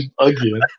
again